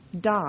die